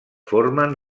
formen